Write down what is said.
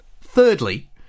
Thirdly